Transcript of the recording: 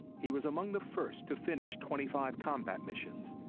he was among the first to finish twenty five combat missions.